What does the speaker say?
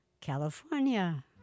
California